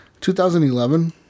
2011